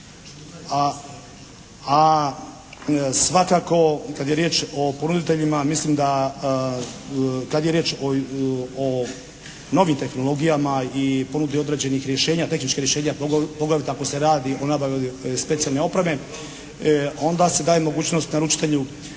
A svakako kad je riječ o ponuditeljima mislim da kad je riječ o novim tehnologijama i ponudi određenih rješenja, tehničkih rješenja, poglavito ako se radi o nabavi specijalne opreme onda se daje mogućnost naručitelju